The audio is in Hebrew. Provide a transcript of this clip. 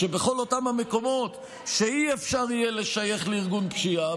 שבכל אותם המקומות שאי-אפשר יהיה לשייך לארגון פשיעה,